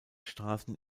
straßen